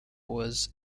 was